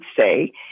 say